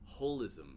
holism